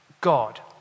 God